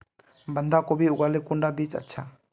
बंधाकोबी लगाले कुंडा बीज अच्छा?